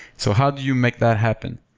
so how do you make that happen?